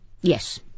Yes